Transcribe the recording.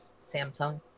Samsung